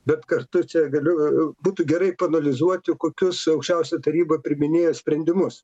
bet kartu čia galiu u būtų gerai paanalizuoti o kokius aukščiausioji taryba priiminėja sprendimus